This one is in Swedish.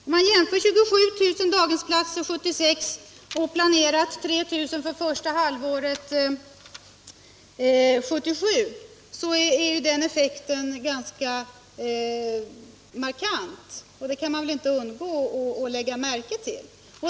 Om man jämför 27 000 daghemsplatser 1976 med planerade 3 000 för första halvåret 1977, så finner man att den effekten är ganska markant. Det kan man väl inte undgå att lägga märke till.